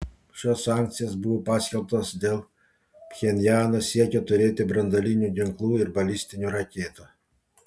šios sankcijos buvo paskelbtos dėl pchenjano siekio turėti branduolinių ginklų ir balistinių raketų